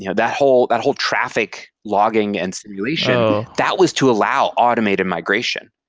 you know that whole that whole traffic logging and simulation, that was to allow automated migration.